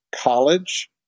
college